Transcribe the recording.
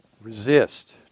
Resist